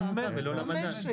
לשכר הממוצע ולא למדד.